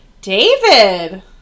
David